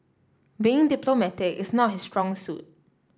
being diplomatic is not his strong suit